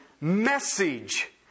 message